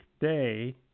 day